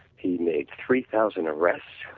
he made three thousand arrests.